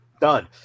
Done